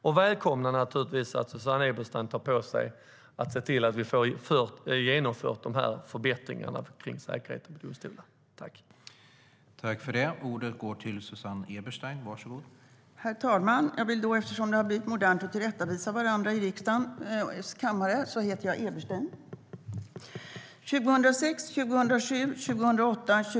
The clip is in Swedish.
Vi välkomnar att Susanne Eberstein tar på sig att se till att förbättringarna av säkerheten vid domstolarna genomförs.